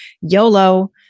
YOLO